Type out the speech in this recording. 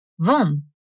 VOM